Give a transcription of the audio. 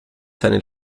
seinen